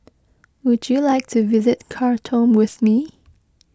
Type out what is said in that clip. would you like to visit Khartoum with me